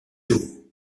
two